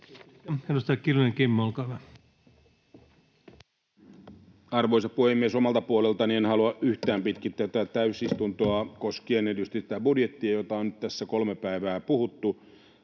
Edustaja Kiljunen, Kimmo, olkaa hyvä. Arvoisa puhemies! Omalta puoleltani en halua yhtään pitkittää tätä täysistuntoa koskien erityisesti tätä budjettia, josta on nyt tässä kolme päivää puhuttu.